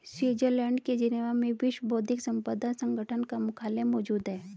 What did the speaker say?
Switzerland के Geneva में विश्व बौद्धिक संपदा संगठन का मुख्यालय मौजूद है